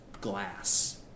glass